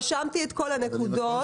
רשמתי את כל הנקודות.